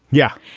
yeah.